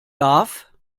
darf